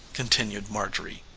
continued marjorie.